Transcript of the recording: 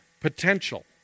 potential